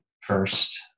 first